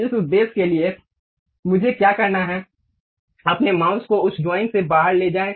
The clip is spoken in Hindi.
इस उद्देश्य के लिए मुझे क्या करना है अपने माउस को उस ड्राइंग से बाहर ले जाएं